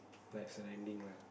like surrounding lah